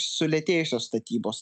sulėtėjusios statybos